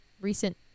recent